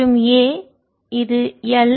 மற்றும் a இது L